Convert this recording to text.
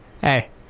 hey